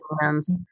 hands